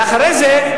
ואחרי זה,